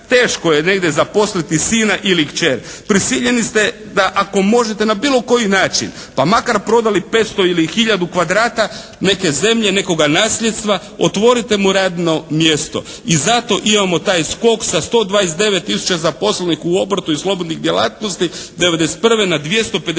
teško je negdje zaposliti sina ili kćer. Prisiljeni ste da ako možete na bilo koji način, pa makar prodali 500 ili hiljadu kvadrata neke zemlje, nekoga nasljedstva otvorite mu radno mjesto. I zato imamo taj skok sa 129 tisuća zaposlenih u obrtu i slobodnih djelatnosti '91. na 258